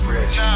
Rich